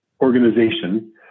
organization